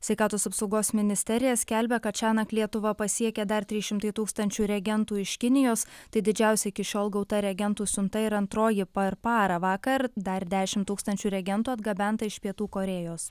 sveikatos apsaugos ministerija skelbia kad šiąnakt lietuvą pasiekė dar trys šimtai tūkstančių reagentų iš kinijos tai didžiausia iki šiol gauta reagentų siunta ir antroji per parą vakar dar dešimt tūkstančių reagentų atgabenta iš pietų korėjos